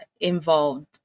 involved